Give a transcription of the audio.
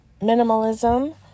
minimalism